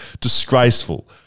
Disgraceful